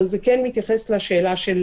אבל זה כן מתייחס לשאלה של